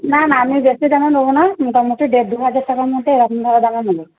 না না আমি বেশি দামের নেব না মোটামুটি দেড় দুহাজার টাকার মধ্যে দামের নেব